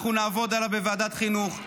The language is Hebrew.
אנחנו נעבוד עליה בוועדת חינוך,